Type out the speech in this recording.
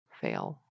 fail